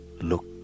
look